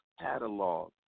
catalog